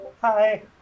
Hi